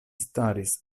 staris